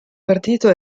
partito